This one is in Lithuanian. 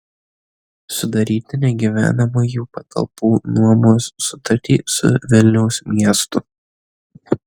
sudaryti negyvenamųjų patalpų nuomos sutartį su vilniaus miestu